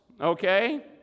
okay